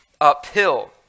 uphill